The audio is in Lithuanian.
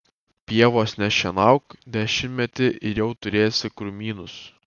pievos nešienauk dešimtmetį ir jau turėsi krūmynus